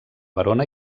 verona